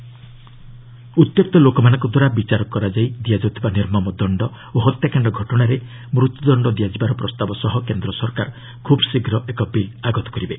Lynch ଉତ୍ତ୍ୟକ୍ତ ଲୋକମାନଙ୍କ ଦ୍ୱାରା ବିଚାର କରାଯାଇ ଦିଆଯାଉଥିବା ନିର୍ମମ ଦଣ୍ଡ ଓ ହତ୍ୟାକାଣ୍ଡ ଘଟଣାରେ ମୃତ୍ୟୁଦଣ୍ଡ ଦିଆଯିବାର ପ୍ରସ୍ତାବ ସହ କେନ୍ଦ୍ର ସରକାର ଖୁବ୍ ଶୀଘ୍ର ଏକ ବିଲ୍ ଆଗତ କରିବେ